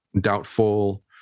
doubtful